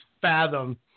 fathom